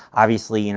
obviously, you know